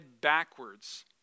backwards